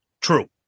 True